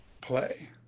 play